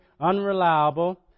unreliable